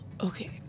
okay